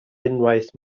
unwaith